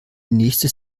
nächste